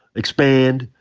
expand.